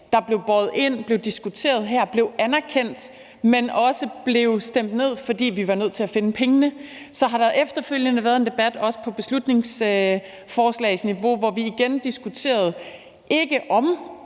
der blev båret ind, diskuteret her og anerkendt, men også stemt ned, fordi vi var nødt til at finde pengene. Så har der efterfølgende været en debat, også på beslutningsforslagsniveau, hvor vi igen diskuterede, ikke om